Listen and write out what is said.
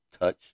touch